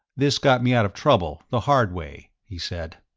this got me out of trouble the hard way, he said.